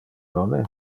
nonne